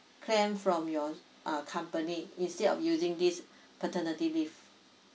claim from your uh company instead of using this paternity leave